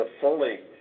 fully